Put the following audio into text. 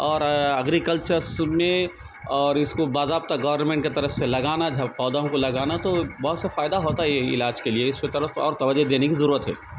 اور اگریکلچرس میں اور اس کو باضابطہ گورنمنٹ کی طرف سے لگانا جو ہے پودوں کو لگانا تو بہت سا فائدہ ہوتا یہ علاج کے لیے اس کے طرف تو اور توجہ دینے کی ضرورت ہے